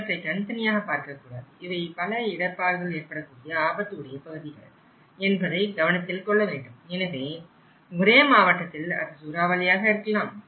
இவற்றைத் தனித்தனியாக பார்க்கக்கூடாது இவை பல இடர்ப்பாடுகள் ஏற்படக்கூடிய ஆபத்து உடைய பகுதிகள் என்பதை கவனத்தில் கொள்ள வேண்டும் எனவே ஒரே மாவட்டத்தில் அது சூறாவளியாக இருக்கலாம்